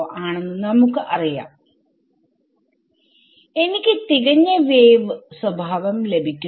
ആണെന്ന് നമുക്ക് അറിയാം എനിക്ക് തികഞ്ഞ വേവ് സ്വഭാവം ലഭിക്കുന്നു